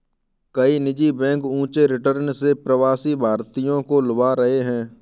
कई निजी बैंक ऊंचे रिटर्न से प्रवासी भारतीयों को लुभा रहे हैं